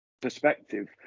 perspective